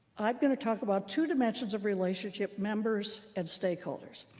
i'm going to talk about two dimensions of relationship members and stakeholders.